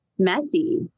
messy